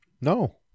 No